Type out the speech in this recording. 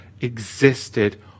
existed